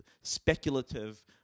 speculative